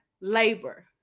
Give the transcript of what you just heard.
labor